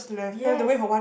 yes